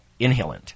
inhalant